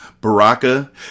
Baraka